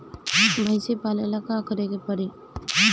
भइसी पालेला का करे के पारी?